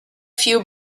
few